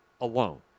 alone